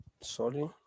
Sorry